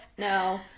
no